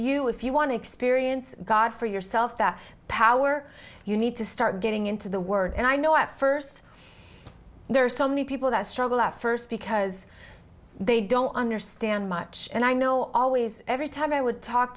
you if you want to experience god for yourself that power you need to start getting into the word and i know at first there are so many people that struggle at first because they don't understand much and i know always every time i would talk